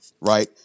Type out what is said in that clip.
right